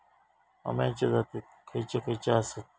अम्याचे जाती खयचे खयचे आसत?